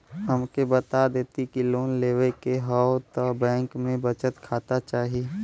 हमके बता देती की लोन लेवे के हव त बैंक में बचत खाता चाही?